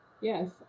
Yes